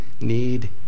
need